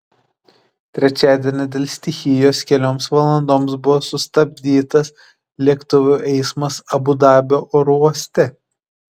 trečiadienį dėl stichijos kelioms valandoms buvo sustabdytas lėktuvų eismas abu dabio oro uoste